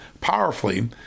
powerfully